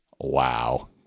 wow